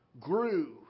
grew